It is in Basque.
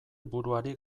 buruari